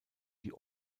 die